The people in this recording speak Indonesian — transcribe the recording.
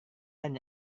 lain